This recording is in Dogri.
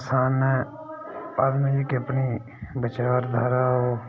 इंसान ने अपनी जेह्की विचाराधारा ओह्